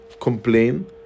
complain